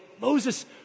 Moses